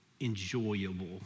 enjoyable